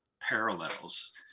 parallels